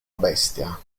bestia